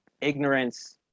Ignorance